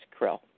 krill